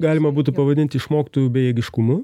galima būtų pavadinti išmoktu bejėgiškumu